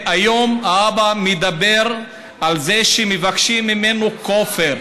היום האבא מדבר על זה שמבקשים ממנו כופר,